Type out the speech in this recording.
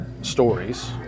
stories